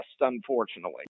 unfortunately